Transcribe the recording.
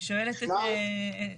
אנחנו רק גורעים את השטח.